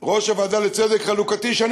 מכלוף מיקי זוהר,